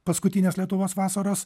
paskutines lietuvos vasaros